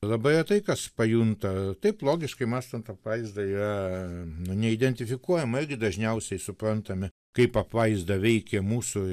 labai retai kas pajunta taip logiškai mąstant apvaizda yra nu neidentifikuojama irgi dažniausiai suprantame kaip apvaizda veikia mūsų